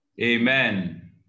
Amen